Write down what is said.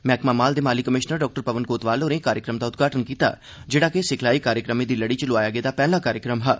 मैहकमा माल दे माली कमिषनर डाक्टर पवन कोतवाल होरें कार्यक्रम दा उद्घाटन कीता जेड़ा के सिखलाई कार्यक्रमें दी लड़ी च लोआए गेदा पहला कार्यक्रम हा